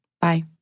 Bye